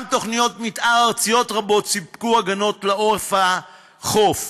גם תוכניות מתאר ארציות רבות סיפקו הגנות לעורף החוף.